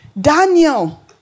Daniel